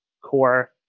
core